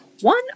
One